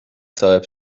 صاحب